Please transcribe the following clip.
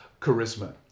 charisma